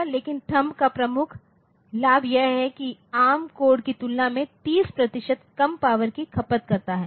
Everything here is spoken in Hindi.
लेकिनथंब का प्रमुख लाभ यह है कि यह एआरएम कोड की तुलना में 30 प्रतिशत कम पावर की खपत करता है